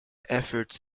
efforts